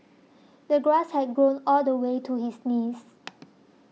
the grass had grown all the way to his knees